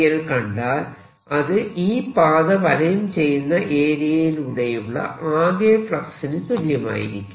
dl കണ്ടാൽ അത് ഈ പാത വലയം ചെയ്യുന്ന ഏരിയയിലൂടെയുള്ള ആകെ ഫ്ളക്സിന് തുല്യമായിരിക്കും